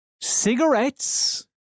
Cigarettes